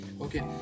okay